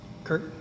Kurt